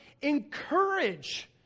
encourage